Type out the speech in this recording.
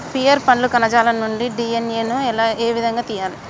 Pear పండ్ల కణజాలం నుండి డి.ఎన్.ఎ ను ఏ విధంగా తియ్యాలి?